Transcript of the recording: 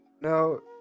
no